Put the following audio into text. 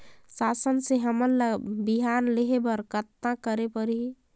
शासन से हमन ला बिहान लेहे बर कतना करे परही?